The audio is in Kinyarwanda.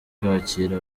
kwakira